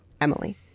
emily